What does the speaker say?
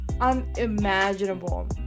unimaginable